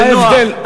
מה ההבדל?